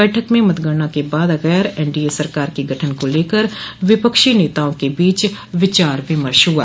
बैठक में मतगणना के बाद गैर एनडीए सरकार के गठन को लेकर विपक्षी नेताओं के बीच विचार विमर्श हुआ